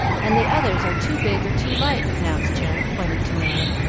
and the others are too big or too light, pronounced jill, pointing to merry,